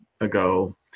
ago